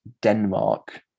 Denmark